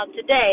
today